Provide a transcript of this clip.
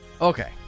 Okay